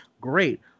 Great